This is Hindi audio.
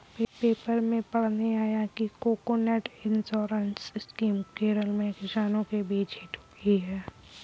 पेपर में पढ़ने आया कि कोकोनट इंश्योरेंस स्कीम केरल में किसानों के बीच हिट हुई है